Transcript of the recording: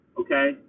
okay